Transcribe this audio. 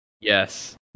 Yes